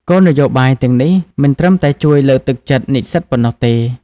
គោលនយោបាយទាំងនេះមិនត្រឹមតែជួយលើកទឹកចិត្តនិស្សិតប៉ុណ្ណោះទេ។